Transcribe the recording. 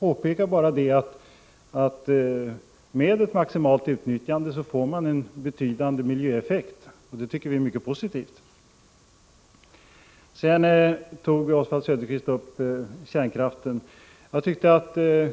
Med ett maximalt utnyttjande får man en betydande miljöeffekt. Det tycker vi är mycket positivt. Oswald Söderqvist berörde också kärnkraften.